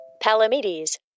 Palamedes